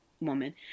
woman